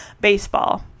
baseball